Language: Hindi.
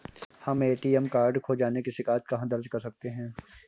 हम ए.टी.एम कार्ड खो जाने की शिकायत कहाँ दर्ज कर सकते हैं?